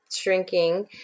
shrinking